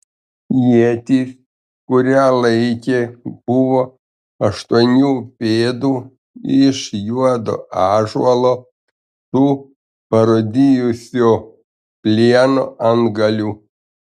ietis kurią laikė buvo aštuonių pėdų iš juodo ąžuolo su parūdijusio plieno antgaliu